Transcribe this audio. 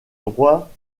droits